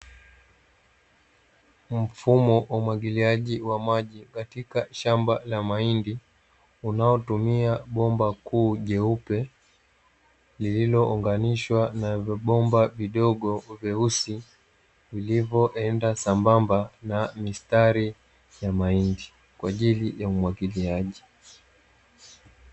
Mfumo wa umwagiliaji wa maji katika shamba la mahindi unao tumia bomba kuu jeupe, lililounganishwa na vibomba vidogo vyeusi, vilivyo enda sambamba na mistari ya mahindi kwa ajili ya umwagiliaji.